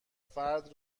فرد